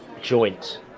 joint